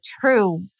true